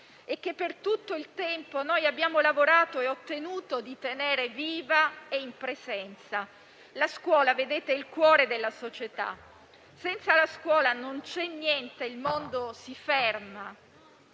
e per tutto il tempo abbiamo lavorato e ottenuto di tenerla viva e in presenza. La scuola è il cuore della società e senza di essa non c'è niente e il mondo si ferma.